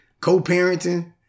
co-parenting